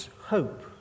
hope